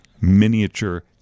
miniature